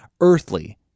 earthly